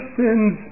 sins